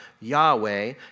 Yahweh